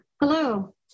Hello